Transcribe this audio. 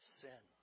sin